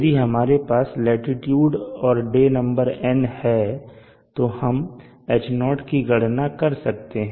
यदि हमारे पास लाटीट्यूड और डे नंबर N है तो हम Ho की गणना कर सकते हैं